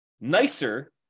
nicer